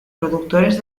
productores